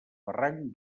barranc